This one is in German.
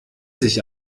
sich